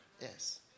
Yes